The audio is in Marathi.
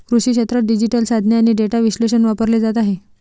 कृषी क्षेत्रात डिजिटल साधने आणि डेटा विश्लेषण वापरले जात आहे